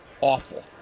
awful